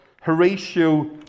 horatio